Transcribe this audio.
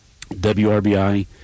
WRBI